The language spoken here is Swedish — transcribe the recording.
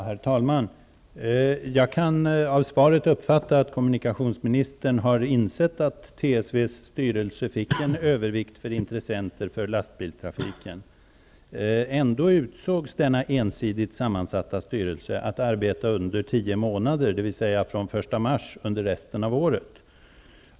Herr talman! Jag kan av svaret uppfatta att kommunikationsministern har insett att TSV:s styrelse fick en övervikt för lastbilstrafiksintressen. Ändå utsågs denna ensidigt sammansatta styrelse att arbeta under tio månader, dvs. från den 1 mars till årets slut.